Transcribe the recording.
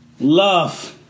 love